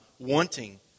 wanting